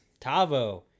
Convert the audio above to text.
Tavo